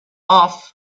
off